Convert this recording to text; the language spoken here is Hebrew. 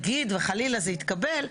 נגיד וחלילה זה יתקבל,